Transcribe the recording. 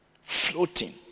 floating